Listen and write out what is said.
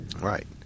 Right